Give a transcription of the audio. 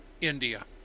india